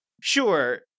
sure